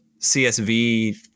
CSV